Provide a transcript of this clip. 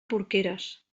porqueres